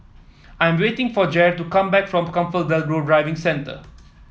I am waiting for Jair to come back from ComfortDelGro Driving Centre